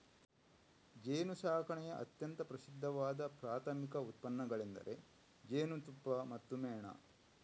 ಜೇನುಸಾಕಣೆಯ ಅತ್ಯಂತ ಪ್ರಸಿದ್ಧವಾದ ಪ್ರಾಥಮಿಕ ಉತ್ಪನ್ನಗಳೆಂದರೆ ಜೇನುತುಪ್ಪ ಮತ್ತು ಮೇಣ